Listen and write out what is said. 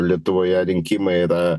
lietuvoje rinkimai yra